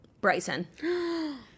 Bryson